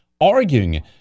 arguing